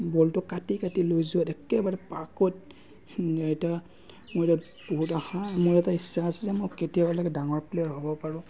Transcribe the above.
বলটো কাটি কাটি লৈ যোৱাত একেবাৰে পাকৈত এটা মোৰ এটা বহুত আশা মোৰ এটা ইচ্ছা আছে যে মই কেতিয়াবালৈকে ডাঙৰ প্লে'য়াৰ হ'ব পাৰোঁ